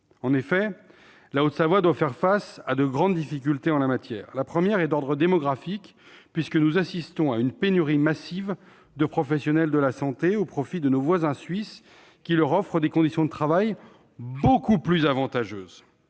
En effet, la Haute-Savoie doit faire face à de grandes difficultés en la matière. La première est d'ordre démographique, puisque nous connaissons une pénurie massive de professionnels de la santé, nos voisins suisses leur offrant des conditions de travail beaucoup plus avantageuses.